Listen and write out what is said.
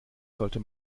sollte